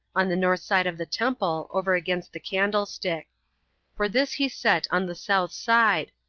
on the north side of the temple, over against the candlestick for this he set on the south side,